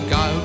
go